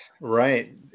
Right